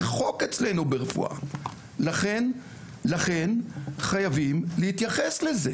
זה חוק אצלנו ברפואה, לכן חייבים להתייחס לזה